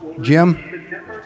Jim